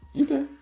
Okay